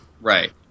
Right